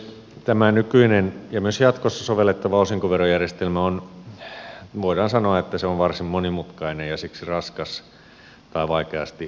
tämä nykyinen ja myös jatkossa sovellettava osinkoverojärjestelmä on voidaan sanoa varsin monimutkainen ja siksi raskas tai vaikeasti hallinnoitava